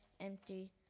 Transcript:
empty